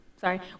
sorry